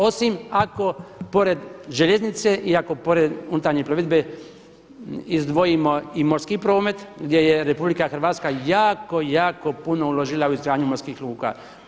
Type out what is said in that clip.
Osim ako pored željeznice i ako pored unutarnje plovidbe izdvojimo i morski promet gdje je RH jako, jako puno uložila u izgradnju morskih luka.